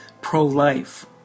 pro-life